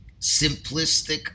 simplistic